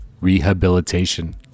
rehabilitation